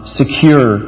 secure